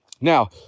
Now